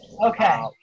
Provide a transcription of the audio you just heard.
Okay